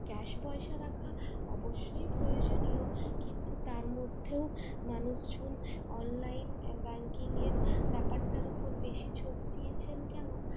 cash পয়সা রাখা অবশ্যই প্রয়োজনীয় কিন্তু তারমধ্যেও মানুষজন অনলাইন ব্যাঙ্কিংয়ের ব্যাপারটার ওপর বেশি ঝোঁক দিয়েছেন কেন